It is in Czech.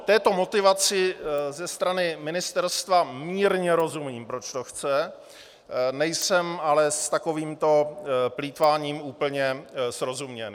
Této motivaci ze strany ministerstva mírně rozumím, proč to chce, nejsem ale s takovýmto plýtváním úplně srozuměn.